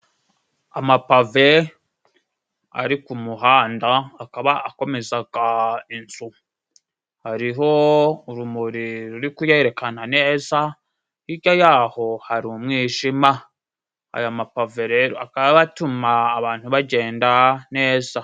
Amapave ari ku muhanda akaba akomezaga inzu. Hariho urumuri ruri kuyerekana neza hirya yaho hari umwijima. Aya mapave rero akaba atuma abantu bagenda neza.